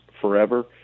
forever